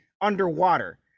underwater